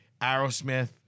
Aerosmith